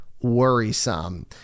worrisome